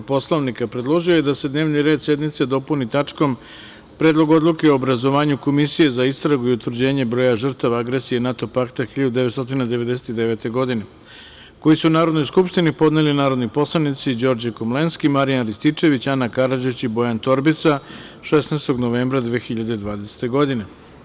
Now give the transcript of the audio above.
Poslovnika, predložio je da se dnevni red sednice dopuni tačkom – Predlog odluke o obrazovanju komisije za istragu i utvrđivanje broja žrtava agresije NATO pakta 1999. godine, koji su Narodnoj skupštini podneli narodni poslanici Đorđe Komlenski, Marijan Rističević, Ana Karadžić i Bojan Torbica, 16. novembra 2020. godine.